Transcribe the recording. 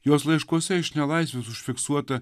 jos laiškuose iš nelaisvės užfiksuota